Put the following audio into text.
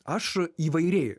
aš įvairiai